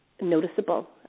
noticeable